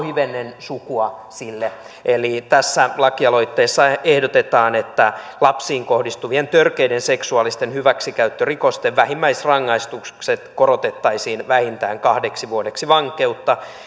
hivenen sukua sille eli tässä lakialoitteessa ehdotetaan että lapsiin kohdistuvien törkeiden seksuaalisten hyväksikäyttörikosten vähimmäisrangaistukset korotettaisiin vähintään kahdeksi vuodeksi vankeutta